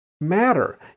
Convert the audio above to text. matter